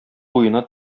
буена